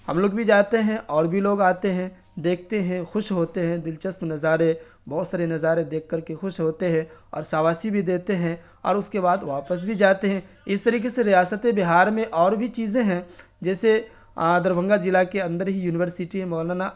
ہم لوگ بھی جاتے ہیں اور بھی لوگ آتے ہیں دیکھتے ہیں خوش ہوتے ہیں دلچسپ نظارے بہت سارے نظارے دیکھ کر کے خوش ہوتے ہیں اور شاباشی بھی دیتے ہیں اور اس کے بعد واپس بھی جاتے ہیں اس طریقے سے ریاست بہار میں اور بھی چیزیں ہیں جیسے دربھنگہ ضلع کے اندر ہی یونیورسٹی مولانا